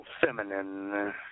feminine